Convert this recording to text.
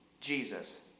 Jesus